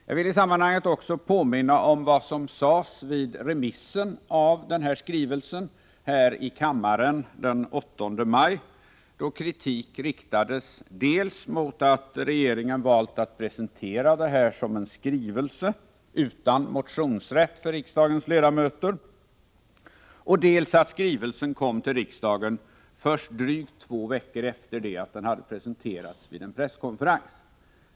Jag vill i sammanhanget också påminna om vad som sades vid remissen av skrivelsen här i kammaren den 8 maj, då kritik riktades dels mot att regeringen har valt att presentera detta som en skrivelse utan motionsrätt för riksdagens ledamöter, dels för att skrivelsen kom till riksdagen först drygt två veckor efter det att den hade presenterats vid en presskonferens.